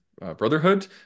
Brotherhood